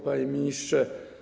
Panie Ministrze!